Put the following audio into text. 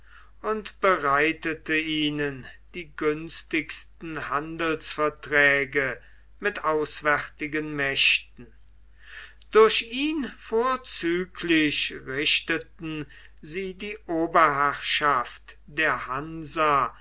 und bereitete ihnen die günstigsten handelsverträge mit auswärtigen mächten durch ihn vorzüglich richteten sie die oberherrschaft der hansa